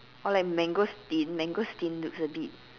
or like mangosteen mangosteen looks a bit